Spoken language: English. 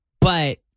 But-